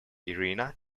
irina